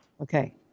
Okay